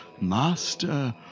master